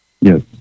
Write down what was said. yes